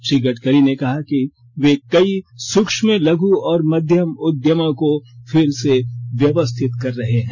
श्री गडकरी ने कहा कि वे कई सूक्ष्म लघु और मध्यम उद्यमों को फिर से व्यवस्थित कर रहे हैं